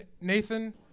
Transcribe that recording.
Nathan